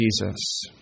Jesus